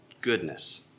goodness